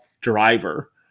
driver